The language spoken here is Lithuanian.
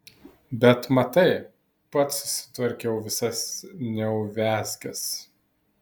bet matai pats susitvarkiau visas neuviazkes